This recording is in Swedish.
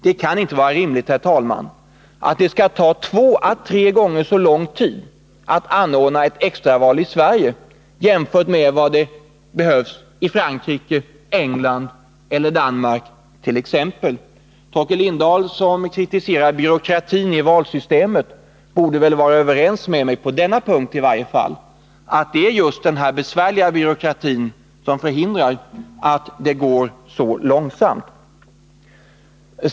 Det kan inte vara rimligt, herr talman, att det skall ta två å tre gånger så lång tid att anordna ett extraval i Sverige, jämfört med vad det tar it.ex. Frankrike, England eller Danmark. Torkel Lindahl, som kritiserade byråkratin i valsystemet, borde väl vara överens med mig i varje fall på denna punkt, att det är just den besvärliga byråkratin som gör att det går så långsamt.